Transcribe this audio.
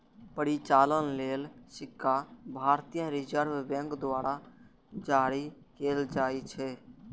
परिचालन लेल सिक्का भारतीय रिजर्व बैंक द्वारा जारी कैल जाइ छै